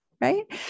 right